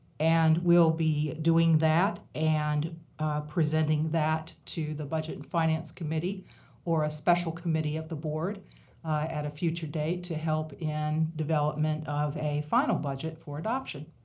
and we'll be doing that and presenting that to the budget and finance committee or a special committee of the board at a future date to help in development of a final budget for adoption.